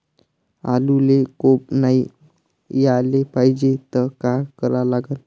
आलूले कोंब नाई याले पायजे त का करा लागन?